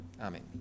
Amen